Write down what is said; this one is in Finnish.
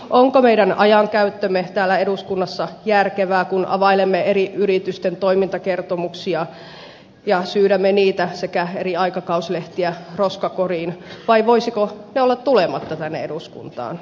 onko meidän ajankäyttömme täällä eduskunnassa järkevää kun availemme eri yritysten toimintakertomuksia ja syydämme niitä sekä eri aikakauslehtiä roskakoriin vai voisivatko ne olla tulematta tänne eduskuntaan